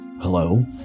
hello